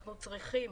אנחנו צריכים